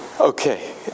Okay